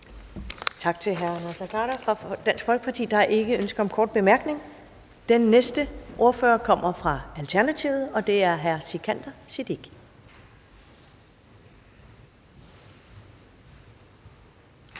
Tak til hr. Naser Khader fra Det Konservative Folkeparti. Der er ikke ønske om kort bemærkning. Den næste ordfører kommer fra Alternativet, og det er hr. Sikandar Siddique.